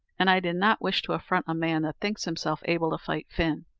and i did not wish to affront a man that thinks himself able to fight fin.